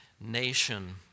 nation